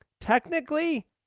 technically